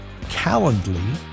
Calendly